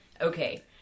okay